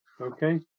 Okay